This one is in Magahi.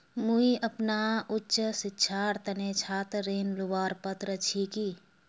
मुई अपना उच्च शिक्षार तने छात्र ऋण लुबार पत्र छि कि?